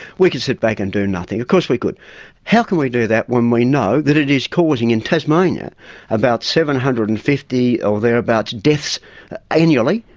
we can sit back and do nothing, of course we could. but how can we do that when we know that it is causing in tasmania about seven hundred and fifty or thereabouts deaths annually.